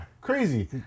crazy